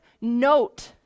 note